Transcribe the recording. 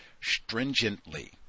stringently